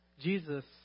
Jesus